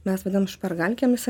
mes vadinam špargalkėmis